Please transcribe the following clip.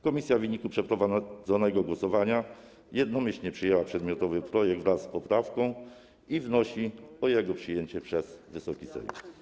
Komisja w wyniku przeprowadzonego głosowania jednomyślnie przyjęła przedmiotowy projekt wraz z poprawką i wnosi o jego przyjęcie przez Wysoki Sejm.